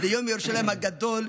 ליום ירושלים הגדול,